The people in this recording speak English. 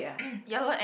ya loh and